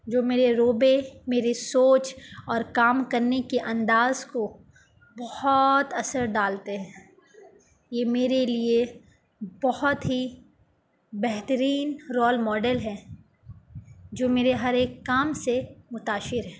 جو میرے رویے میرے سوچ اور کام کرنے کے انداز کو بہت اثر ڈالتے ہیں یہ میرے لیے بہت ہی بہترین رول ماڈل ہے جو میرے ہر ایک کام سے متاثر ہے